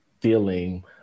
feeling